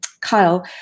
Kyle